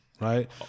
right